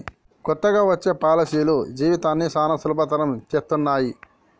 కొత్తగా వచ్చే పాలసీలు జీవితాన్ని చానా సులభతరం చేత్తన్నయి